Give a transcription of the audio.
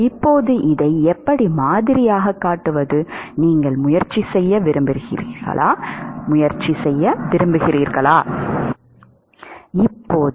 இப்போது இதை எப்படி மாதிரியாகக் காட்டுவது